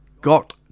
got